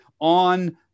on